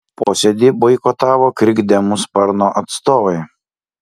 posėdį boikotavo krikdemų sparno atstovai